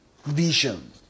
vision